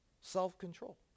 Self-control